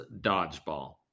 Dodgeball